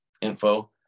info